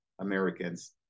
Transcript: Americans